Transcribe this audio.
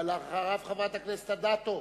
אחריו, חברת הכנסת אדטו.